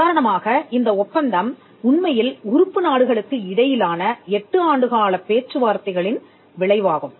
உதாரணமாக இந்த ஒப்பந்தம் உண்மையில் உறுப்பு நாடுகளுக்கு இடையிலான 8 ஆண்டுகாலப் பேச்சுவார்த்தைகளின் விளைவாகும்